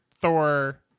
Thor